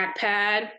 trackpad